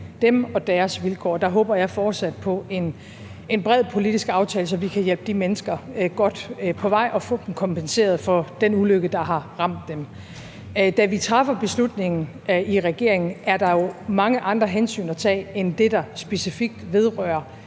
dem og deres vilkår håber jeg fortsat på en bred politisk aftale, så vi kan hjælpe de mennesker godt på vej og få dem kompenseret for den ulykke, der har ramt dem. Da vi træffer beslutningen i regeringen, er der jo mange andre hensyn at tage end det, der specifikt vedrører